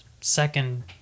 second